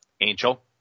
Angel